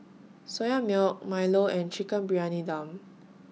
Soya Milk Milo and Chicken Briyani Dum